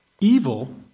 evil